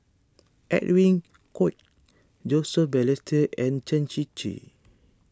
Edwin Koek Joseph Balestier and Chen Shiji